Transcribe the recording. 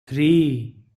three